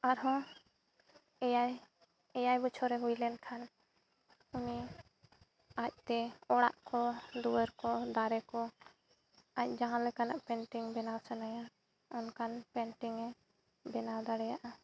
ᱟᱨ ᱦᱚᱸ ᱮᱭᱟᱭ ᱮᱭᱟᱭ ᱵᱚᱪᱷᱚᱨᱮ ᱦᱩᱭ ᱞᱮᱱᱠᱷᱟᱱ ᱩᱱᱤ ᱟᱡᱛᱮ ᱚᱲᱟᱜ ᱠᱚ ᱫᱩᱣᱟᱹᱨ ᱠᱚ ᱫᱟᱨᱮ ᱠᱚ ᱟᱡ ᱡᱟᱦᱟᱸ ᱞᱮᱠᱟᱱᱟᱜ ᱯᱮᱱᱴᱤᱝ ᱵᱮᱱᱟᱣ ᱥᱟᱱᱟᱭᱟ ᱚᱱᱠᱟᱱ ᱯᱮᱱᱴᱤᱝᱮ ᱵᱮᱱᱟᱣ ᱫᱟᱲᱮᱭᱟᱜᱼᱟ